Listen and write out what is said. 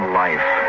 life